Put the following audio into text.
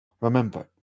Remember